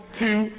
two